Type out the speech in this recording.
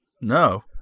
No